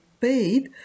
paid